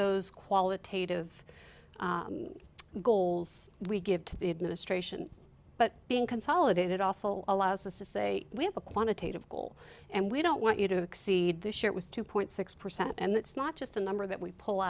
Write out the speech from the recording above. those qualitative goals we give to the administration but being consolidated also allows us to say we have a quantitative goal and we don't want you to exceed this year was two point six percent and that's not just a number that we pull